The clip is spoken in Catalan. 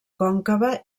còncava